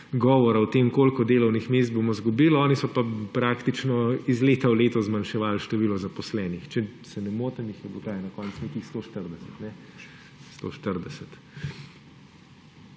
govora o tem, koliko delovnih mest bomo zgubili, oni so pa praktično iz leta v leto zmanjševali število zaposlenih. Če se ne motim jih je bilo na koncu nekih 140.